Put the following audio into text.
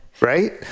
right